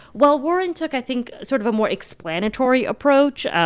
while warren took, i think, sort of a more explanatory approach.